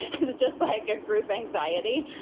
is just like a group anxiety.